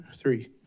three